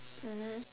mmhmm